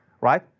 right